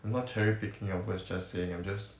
I'm not cherry picking your words just saying I'm just